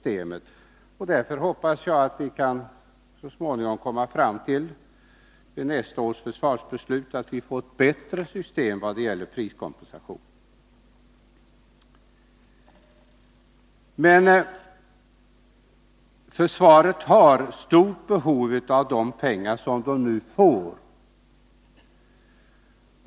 Därför hoppas jag att vi så småningom inför nästa års försvarsbeslut kan få fram ett bättre system vad gäller priskompensation. Försvaret har stort behov av de pengar som man nu får.